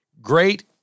Great